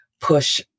push